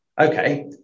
Okay